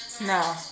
no